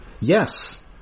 Yes